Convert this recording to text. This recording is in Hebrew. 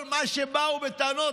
על כל מה שבאו בטענות,